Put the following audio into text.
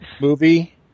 movie